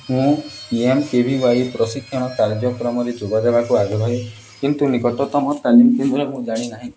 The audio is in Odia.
ମୁଁ ଏମ୍କେଭିୱାଇ ପ୍ରଶିକ୍ଷଣ କାର୍ଯ୍ୟକ୍ରମରେ ଯୋଗ ଦେବାକୁ ଆଗ୍ରହୀ କିନ୍ତୁ ନିକଟତମ ତାଲିମ କେନ୍ଦ୍ର ମୁଁ ଜାଣିନାହିଁ